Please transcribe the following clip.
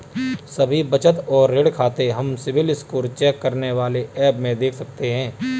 सभी बचत और ऋण खाते हम सिबिल स्कोर चेक करने वाले एप में देख सकते है